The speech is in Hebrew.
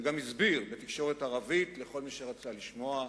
וגם הסביר בתקשורת הערבית לכל מי שרצה לשמוע,